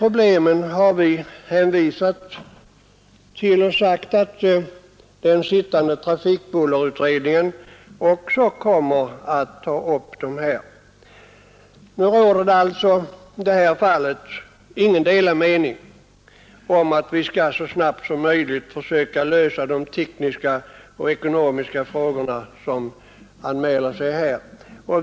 Utskottet har hänvisat till dessa problem och sagt att den sittande trafikbullerutredningen också kommer att ta upp dem. I detta fall råder det alltså inga delade meningar om att vi så snabbt som möjligt skall söka lösa de tekniska och ekonomiska frågor som anmäler sig.